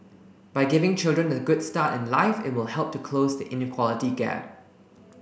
by giving children a good start in life it will help to close the inequality gap